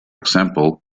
example